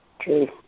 True